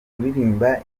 kuririmba